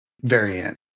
variant